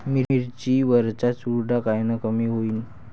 मिरची वरचा चुरडा कायनं कमी होईन?